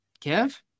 Kev